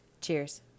Cheers